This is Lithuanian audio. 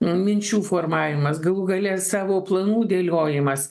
minčių formavimas galų gale savo planų dėliojimas